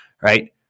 right